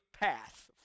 path